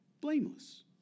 Blameless